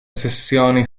sessioni